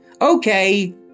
Okay